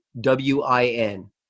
W-I-N